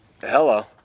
Hello